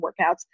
workouts